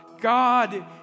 God